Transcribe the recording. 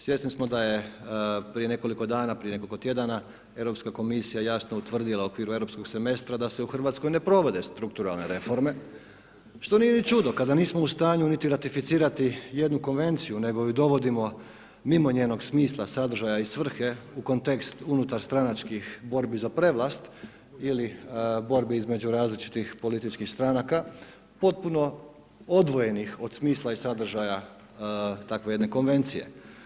Svjesni smo da je prije nekoliko dana prije nekoliko tjedana Europska komisija jasno utvrdila u okviru Europskog semestra da se u Hrvatskoj ne provode strukturalne reforme, što nije ni čudo, kada nismo u stanju niti ratificirati jednu konvenciju nego je dovodimo mimo njenog smisla, sadržaja i svrhe u kontekst unutarstranačkih borbi za prevlast ili borbi između različitih političkih stranaka potpuno odvojenih od smisla i sadržaja takve jedne konvencije.